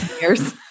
years